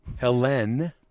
Helene